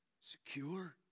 Secure